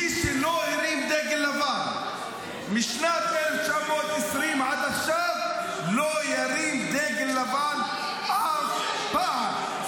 מי שלא הרים דגל לבן משנת 1920 עד עכשיו לא ירים דגל לבן אף פעם.